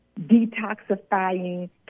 detoxifying